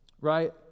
right